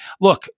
Look